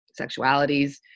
sexualities